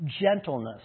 gentleness